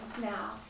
now